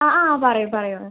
ആ ആ പറയൂ പറയൂ ആ